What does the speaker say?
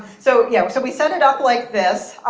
so, yeah. so we set it up like this.